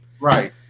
Right